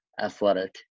Athletic